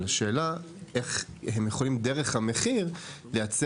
אבל השאלה היא איך הם יכולים דרך המחיר לייצר